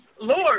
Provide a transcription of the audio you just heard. Lord